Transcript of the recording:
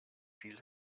viel